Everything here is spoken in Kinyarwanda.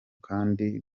kandi